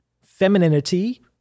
femininity